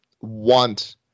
want